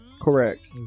Correct